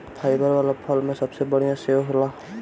fibre वाला फल में सबसे बढ़िया सेव होला